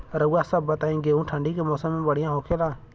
रउआ सभ बताई गेहूँ ठंडी के मौसम में बढ़ियां होखेला?